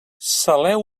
saleu